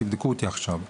תבדקו אותי עכשיו.